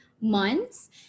months